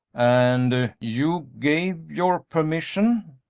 and you gave your permission?